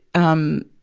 um, ah,